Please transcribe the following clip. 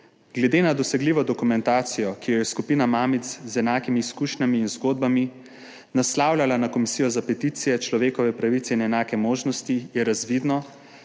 Glede na dosegljivo dokumentacijo, ki jo je skupina mamic z enakimi izkušnjami in zgodbami naslavljala na Komisijo za peticije, človekove pravice in enake možnosti, je razvidno,